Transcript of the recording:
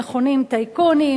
המכונים טייקונים,